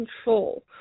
control